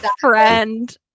friend